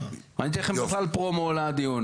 אני אתן לכם פרומו לדיון,